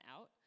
out